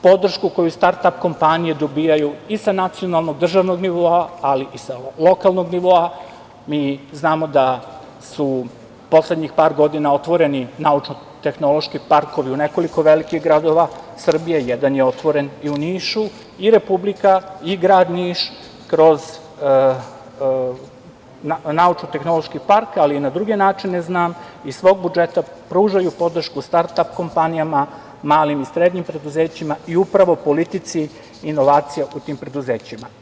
Podršku koju start-ap kompanije dobijaju i sa nacionalnog državnog nivoa, ali i sa lokalnog nivoa, mi znamo da su poslednjih par godina otvoreni naučno-tehnološki parkovi u nekoliko velikih gradova Srbije, jedan je otvoren i u Nišu i Republika i grad Niš kroz naučno-tehnološki park, ali i na druge načine znam, iz svog budžeta pružaju podršku start-ap kompanijama, malim i srednjim preduzećima i upravo politici inovacija u tim preduzećima.